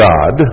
God